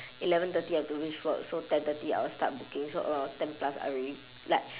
eleven thirty I have to reach work so ten thirty I will start booking so about ten plus I already like